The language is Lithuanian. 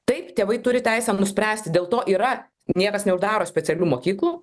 taip tėvai turi teisę nuspręsti dėl to yra niekas neuždaro specialių mokyklų